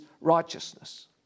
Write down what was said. righteousness